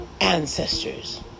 ancestors